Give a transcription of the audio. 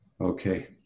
Okay